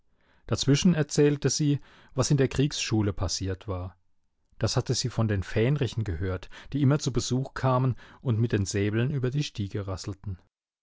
dazwischen erzählte sie was in der kriegsschule passiert war das hatte sie von den fähnrichen gehört die immer zu besuch kamen und mit den säbeln über die stiege rasselten